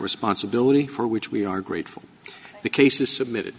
responsibility for which we are grateful the case is submitted